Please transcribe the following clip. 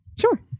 sure